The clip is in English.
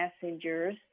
passengers